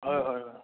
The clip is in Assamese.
হয় হয় হয়